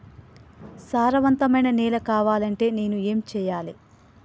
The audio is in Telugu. సారవంతమైన నేల కావాలంటే నేను ఏం చెయ్యాలే?